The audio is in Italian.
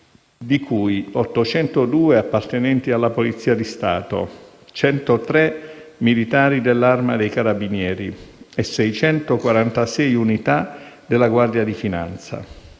di cui 802 appartenenti alla Polizia di Stato, 103 militari all'Arma dei carabinieri e 646 unità alla Guardia di finanza.